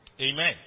Amen